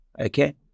okay